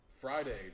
Friday